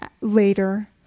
later